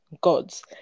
gods